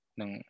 ng